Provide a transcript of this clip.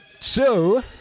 two